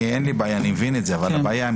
אין לי בעיה ואני מבין את זה אבל הבעיה היא עם